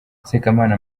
sekamana